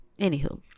anywho